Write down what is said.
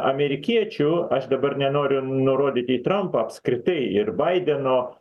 amerikiečių aš dabar nenoriu nurodyti į trampą apskritai ir baideno